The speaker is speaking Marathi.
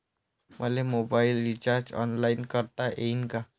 मले मोबाईल रिचार्ज ऑनलाईन करता येईन का?